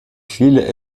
viele